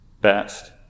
best